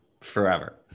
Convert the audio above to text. forever